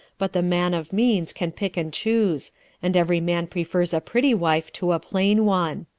but the man of means can pick and choose and every man prefers a pretty wife to a plain one.